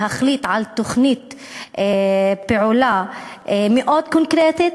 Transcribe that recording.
להחליט על תוכנית פעולה מאוד קונקרטית